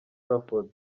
trafford